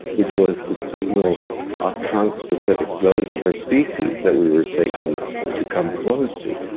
which was to signal a conspecifics, those of our species, that we were safe enough to come close to,